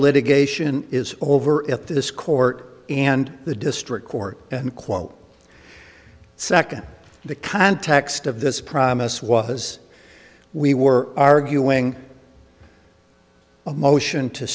litigation is over at this court and the district court and quote second the context of this promise was we were arguing a motion to